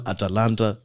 Atalanta